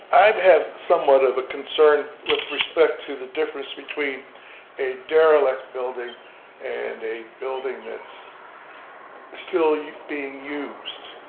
i have somewhat of a concern with respect to the difference between a derelict building and a building that's still yeah being used.